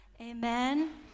Amen